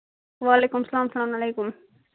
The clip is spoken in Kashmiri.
وعلیکُم سَلام سَلام عَلیکُم